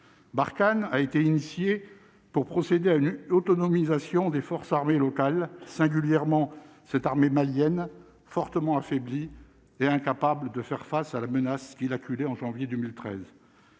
Barkhane a été initiée pour procéder à une autonomisation des forces armées locales singulièrement cette armée malienne fortement affaiblis et incapables de faire face à la menace qui acculer, en janvier 2013.